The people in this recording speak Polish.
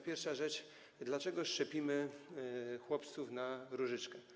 Pierwsza rzecz: Dlaczego szczepimy chłopców na różyczkę?